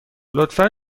لطفا